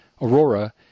Aurora